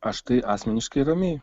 aš tai asmeniškai ramiai